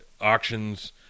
auctions